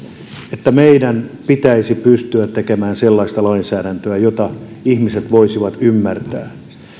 että meidän pitäisi pystyä tekemään sellaista lainsäädäntöä jota ihmiset voisivat ymmärtää